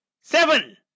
Seven